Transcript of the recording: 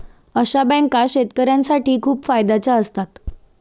अशा बँका शेतकऱ्यांसाठी खूप फायद्याच्या असतात